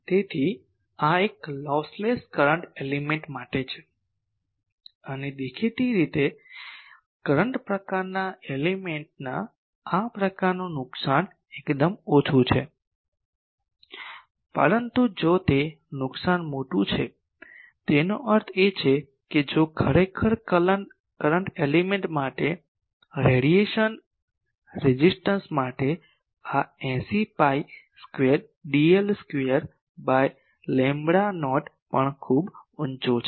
તેથી આ એક લોસલેસ કરંટ એલિમેન્ટ માટે છે અને દેખીતી રીતે કરંટ પ્રકારના એલિમેન્ટના આ પ્રકારનું નુકસાન એકદમ ઓછું છે પરંતુ જો તે નુકસાન મોટું છે તેનો અર્થ એ કે જો ખરેખર કરંટ એલિમેન્ટ માટે રેડિયેશન રેઝિસ્ટન્સ માટે આ 80 pi square dl square by lambda naught પણ ખૂબ ઊંચો છે